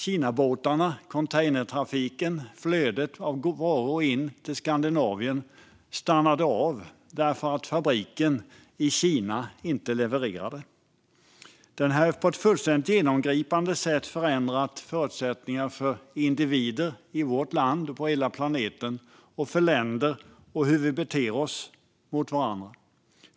Containertrafiken från Kina och flödet av varor in till Skandinavien stannade av, för fabrikerna i Kina levererade inte. På ett fullständigt genomgripande sätt har pandemin förändrat förutsättningarna för individer i vårt land och på hela planeten, för länder och för hur vi beter oss mot varandra.